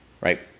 right